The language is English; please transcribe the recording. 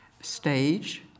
Stage